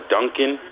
Duncan